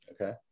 Okay